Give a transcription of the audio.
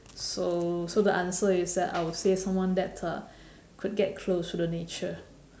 so so the answer is that I would say someone that uh could get close to the nature